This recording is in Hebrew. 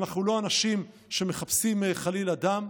אנחנו לא אנשים שמחפשים חלילה דם.